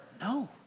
No